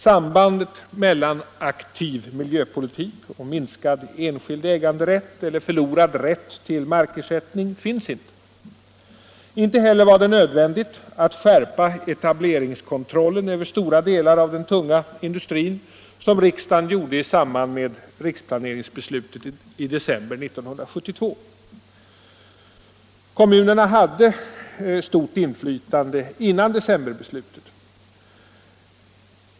Sambandet mellan aktiv miljöpolitik och minskad enskild äganderätt eller förlorad rätt till markersättning finns inte. Inte heller var det nödvändigt att skärpa etableringskontrollen över stora delar av den tunga industrin, vilket riksdagen gjorde i samband med riksplanebeslutet i december 1972. Kommunerna hade före decemberbeslutet stort inflytande.